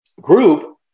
group